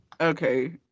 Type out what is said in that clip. Okay